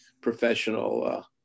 professional